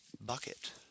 Bucket